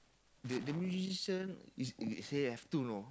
the the musician is say have two you know